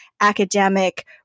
academic